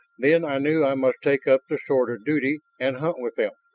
then i knew i must take up the sword of duty and hunt with them.